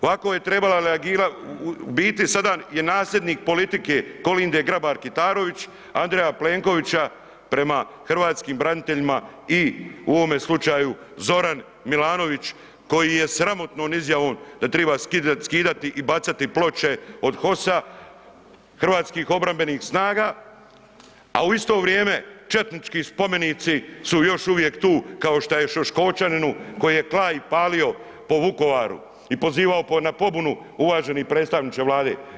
Ovako je trebala reagirat, u biti sada je nasljednik politike Kolinde Grabar Kitarović, Andreja Plenkovića prema hrvatskim braniteljima i u ovome slučaju Zoran Milanović koji je sramotnom izjavom da triba skidati i bacati ploče od HOS-a Hrvatskih obrambenih snaga, a u isto vrijeme četnički spomenici su još uvijek tu kao što je Šljivovčaninu koji je kla i palio po Vukovaru i pozivao na pobunu uvaženi predstavniče Vlade.